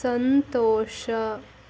ಸಂತೋಷ